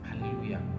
hallelujah